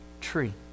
tree